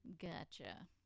Gotcha